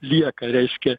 lieka reiškia